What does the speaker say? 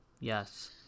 yes